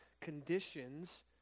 conditions